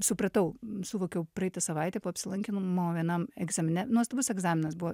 supratau suvokiau praeitą savaitę po apsilankymo mano vienam egzamine nuostabus egzaminas buvo